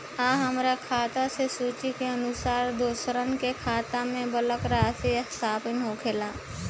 आ हमरा खाता से सूची के अनुसार दूसरन के खाता में बल्क राशि स्थानान्तर होखेला?